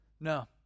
no